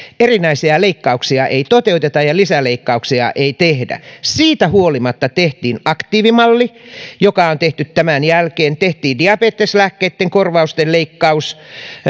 erinäisiä leikkauksia ei toteuteta ja lisäleikkauksia ei tehdä siitä huolimatta tehtiin aktiivimalli joka on tehty tämän jälkeen tehtiin diabeteslääkkeitten korvausten leikkaus